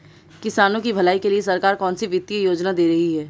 किसानों की भलाई के लिए सरकार कौनसी वित्तीय योजना दे रही है?